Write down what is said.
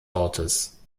ortes